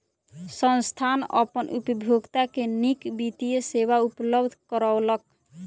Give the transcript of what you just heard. संस्थान अपन उपभोगता के नीक वित्तीय सेवा उपलब्ध करौलक